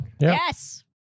Yes